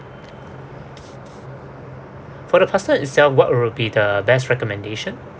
for the pasta itself what would be the best recommendation